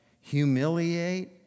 humiliate